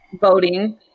voting